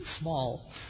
small